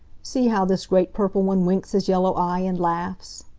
see how this great purple one winks his yellow eye, and laughs!